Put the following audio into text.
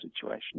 situation